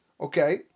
Okay